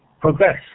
progress